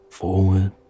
forward